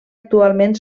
actualment